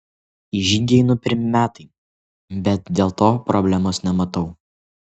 į žygį einu pirmi metai bet dėl to problemos nematau